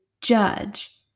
judge